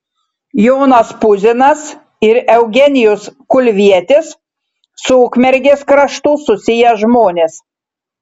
jonas puzinas ir eugenijus kulvietis su ukmergės kraštu susiję žmonės